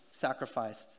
sacrificed